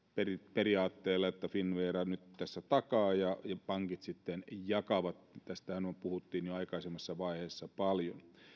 periaatteella että finnvera nyt tässä takaa ja pankit sitten jakavat tästähän puhuttiin jo aikaisemmassa vaiheessa paljon